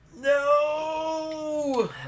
No